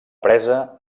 presa